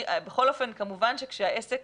בכל אופן, כמובן שכשהעסק